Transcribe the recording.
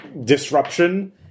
disruption